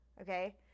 okay